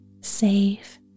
safe